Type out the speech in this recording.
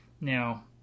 Now